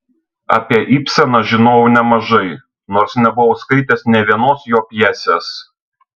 apie ibseną žinojau nemažai nors nebuvau skaitęs nė vienos jo pjesės